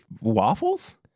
waffles